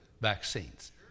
vaccines